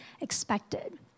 expected